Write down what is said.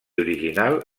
original